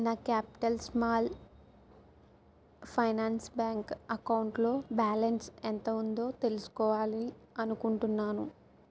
నా Capital Small Finance Bank అకౌంట్లో balance ఎంత ఉందో తెలుసుకోవాలి అనుకుంటున్నాను